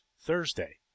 Thursday